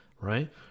right